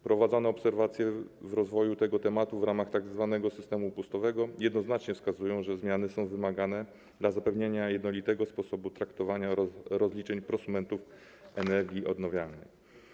Prowadzone obserwacje rozwoju tego tematu w ramach tzw. systemu opustowego jednoznacznie wskazują, że zmiany są wymagane dla zapewnienia jednolitego sposobu traktowania rozliczeń prosumentów energii odnawialnej.